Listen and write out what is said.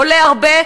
עולה הרבה,